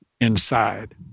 inside